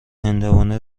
هندوانه